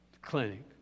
clinic